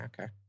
Okay